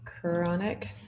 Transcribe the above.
chronic